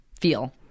feel